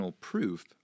proof